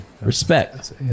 Respect